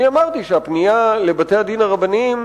אמרתי קודם שהפנייה לבתי-הדין הרבניים